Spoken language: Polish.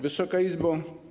Wysoka Izbo!